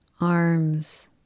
arms